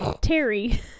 terry